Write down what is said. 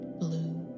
blue